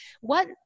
What-